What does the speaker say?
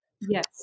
Yes